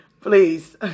Please